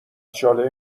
چاله